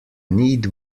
need